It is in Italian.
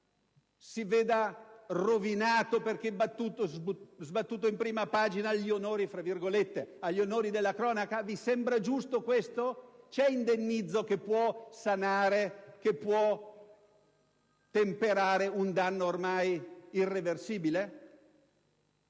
si veda rovinato, perché sbattuto in prima pagina, agli «onori» della cronaca? Vi sembra giusto? C'è indennizzo che possa sanare o che possa temperare un danno ormai irreversibile?